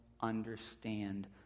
understand